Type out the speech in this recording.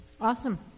Awesome